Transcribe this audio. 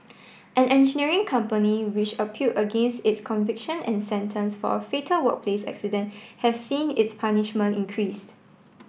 an engineering company which appeal against its conviction and sentence for a fatal workplace accident has seen its punishment increased